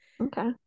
okay